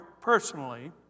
personally